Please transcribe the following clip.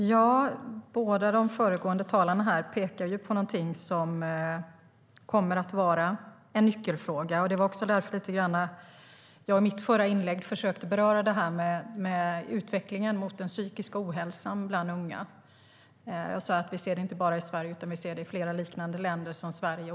Fru talman! Båda de föregående talarna pekar på någonting som kommer att vara en nyckelfråga, och det var också därför som jag i mitt förra inlägg försökte beröra utvecklingen mot den psykiska ohälsan bland unga. Vi ser det inte bara i Sverige, utan vi ser det i flera liknande länder.